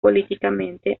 políticamente